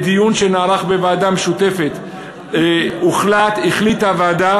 בדיון שנערך בוועדה המשותפת החליטה הוועדה